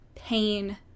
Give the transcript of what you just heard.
pain